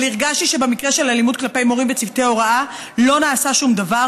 אבל הרגשתי שבמקרה של אלימות כלפי מורים וצוותי הוראה לא נעשה שום דבר,